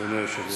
אדוני היושב-ראש.